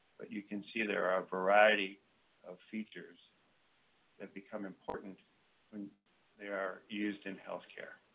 but you can see there are a variety of features that become important when they are used in healthcare.